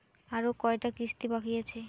আরো কয়টা কিস্তি বাকি আছে?